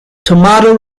tomato